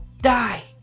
die